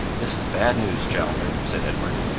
this is bad news, chaloner, said edward.